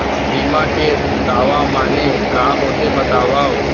बीमा के दावा माने का होथे बतावव?